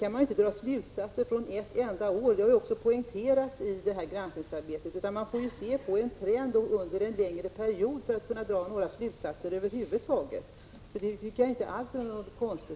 Man kan inte dra slutsatser från ett enda år — det har också poängterats i granskningsarbetet — utan man får gå till trenden under en längre period för att dra några slutsatser över huvud taget. Det tycker jag inte alls är konstigt.